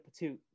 patoot